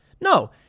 No